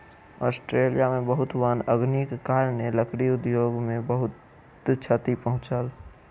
Australia में बहुत वन अग्निक कारणेँ, लकड़ी उद्योग के बहुत क्षति पहुँचल